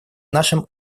нашим